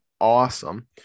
awesome